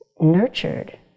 nurtured